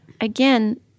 again